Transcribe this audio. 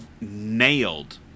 nailed